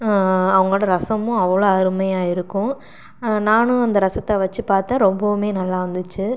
அவங்களோடய ரசமும் அவ்வளோ அருமையாக இருக்கும் நானும் அந்த ரசத்தை வச்சு பார்த்தேன் ரொம்பவும் நல்லா வந்துச்சு